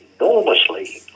enormously